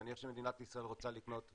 נניח שמדינת ישראל רוצה לקנות,